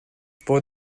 for